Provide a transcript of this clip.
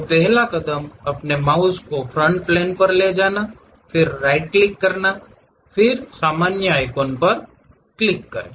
तो पहला कदम अपने माउस को फ्रंट प्लेन पर ले जाना है फिर राइट क्लिक करें फिर इस सामान्य आइकॉन पर क्लिक करें